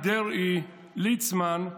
דרעי, ליצמן,